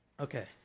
okay